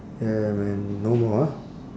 ya man no more ah